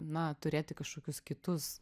na turėti kašokius kitus